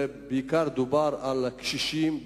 בעיקר דובר על הקשישים,